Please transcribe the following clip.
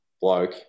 bloke